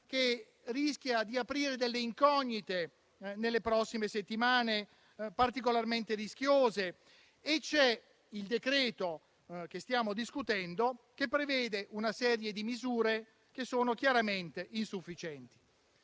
che rischia di creare delle incognite nelle prossime settimane, particolarmente rischiose. Il decreto-legge che stiamo discutendo prevede una serie di misure che sono chiaramente insufficienti.